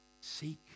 Seek